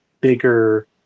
bigger